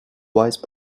vice